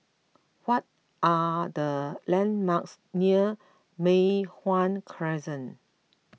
what are the landmarks near Mei Hwan Crescent